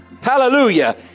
Hallelujah